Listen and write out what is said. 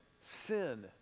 sin